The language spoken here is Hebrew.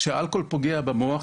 כשהאלכוהול פוגע במוח,